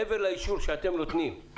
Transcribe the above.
מעבר לאישור שאתם נותנים,